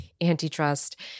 antitrust